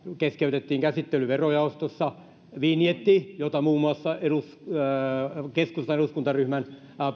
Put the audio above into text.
keskeytettiin käsittely verojaostossa vinjetti jota muun muassa keskustan eduskuntaryhmän